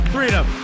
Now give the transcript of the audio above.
Freedom